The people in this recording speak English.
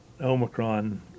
Omicron